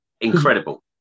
incredible